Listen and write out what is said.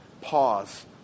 pause